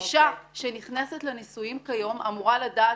אישה שנכנסת לנישואים כיום אמורה לדעת